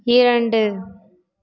இரண்டு